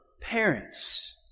parents